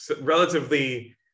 relatively